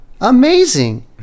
Amazing